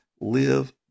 Live